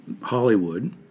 Hollywood